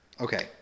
okay